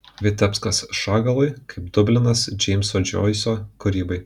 vitebskas šagalui kaip dublinas džeimso džoiso kūrybai